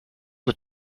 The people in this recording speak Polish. dla